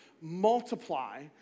multiply